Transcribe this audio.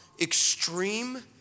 extreme